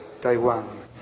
Taiwan